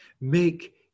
Make